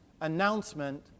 announcement